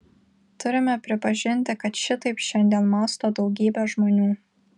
turime pripažinti kad šitaip šiandien mąsto daugybė žmonių